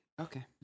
Okay